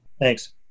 Thanks